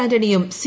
ആന്റണിയും C